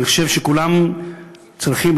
אני חושב שכולם צריכים,